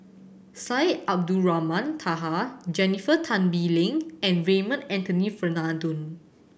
Syed Abdulrahman Taha Jennifer Tan Bee Leng and Raymond Anthony Fernando